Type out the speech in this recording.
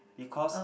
because